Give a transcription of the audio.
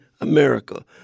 America